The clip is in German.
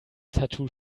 tattoo